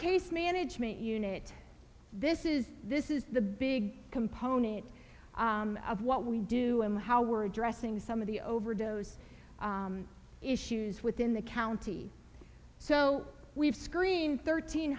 case management unit this is this is the big component of what we do and how we're addressing some of the overdose issues within the county so we've screened thirteen